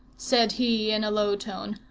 said he in a low tone,